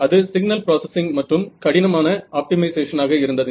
அது signal processing மற்றும் கடினமான ஆப்டிமைசேஷனாக இருந்தது